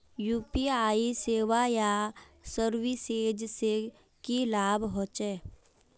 UPI सेवाएँ या services से की लाभ होचे?